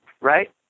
right